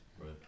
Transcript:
Right